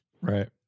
Right